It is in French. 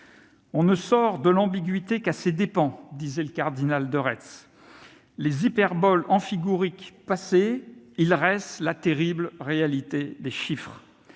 « On ne sort de l'ambiguïté qu'à ses dépens », disait le cardinal de Retz. Les hyperboles amphigouriques passées, il reste la terrible réalité des chiffres.